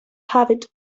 habit